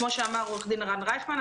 כמו שאמר עו"ד הרן רייכמן,